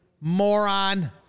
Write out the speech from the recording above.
Moron